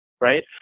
right